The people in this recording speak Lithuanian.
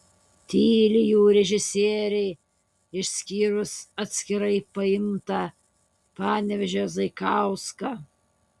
tyli jų režisieriai išskyrus atskirai paimtą panevėžio zaikauską